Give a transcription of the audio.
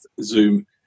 Zoom